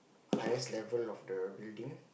highest level of the building